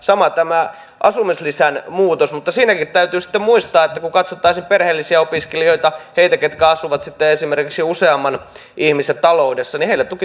sama tämä asumislisän muutos mutta siinäkin täytyy sitten muistaa että kun katsottaisiin perheellisiä opiskelijoita heitä ketkä asuvat sitten esimerkiksi useamman ihmisen taloudessa niin heillä tuki tulee laskemaan